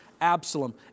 Absalom